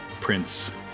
prince